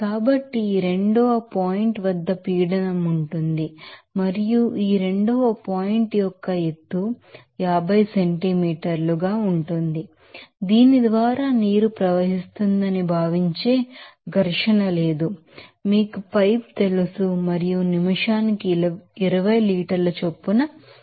కాబట్టి ఈ 2 point వద్ద పీడనం ఉంటుంది మరియు ఈ 2 పాయింట్ యొక్క ఎత్తు 50 సెంటీమీటర్లు ఉంటుంది దీని ద్వారా నీరు ప్రవహిస్తుందని భావించే ఘర్షణ లేదు మీకు పైప్ తెలుసు మరియు నిమిషానికి 20 లీటర్ల చొప్పున నాజిల్స్